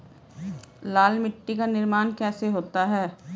लाल मिट्टी का निर्माण कैसे होता है?